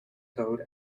code